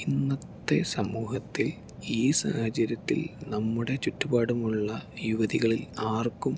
ഇന്നത്തെ സമൂഹത്തിൽ ഈ സാഹചര്യത്തിൽ നമ്മുടെ ചുറ്റുപാടുമുള്ള യുവതികളിൽ ആർക്കും